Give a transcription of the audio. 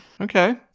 Okay